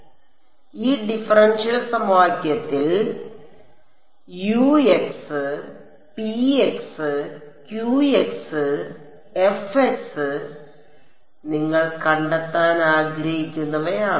അതിനാൽ ഈ ഡിഫറൻഷ്യൽ സമവാക്യത്തിൽ നിങ്ങൾ കണ്ടെത്താനാഗ്രഹിക്കുന്നവയാണ്